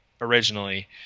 originally